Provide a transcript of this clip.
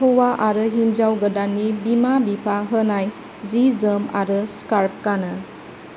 हौवा आरो हिन्जाव गोदाननि बिमा बिफा होनाय जि जोम आरो स्कार्फ गानो